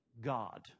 God